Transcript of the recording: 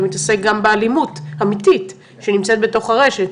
אתה מתעסק גם באלימות אמיתית שנמצאת בתוך הרשת.